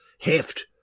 heft